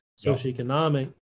socioeconomic